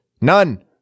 none